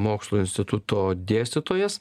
mokslų instituto dėstytojas